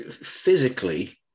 Physically